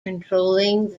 controlling